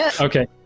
Okay